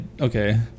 Okay